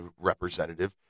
representative